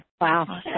Wow